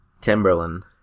Timberland